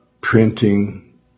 printing